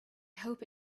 hope